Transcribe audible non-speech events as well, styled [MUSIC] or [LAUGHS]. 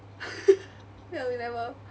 [LAUGHS] ya we never